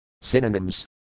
Synonyms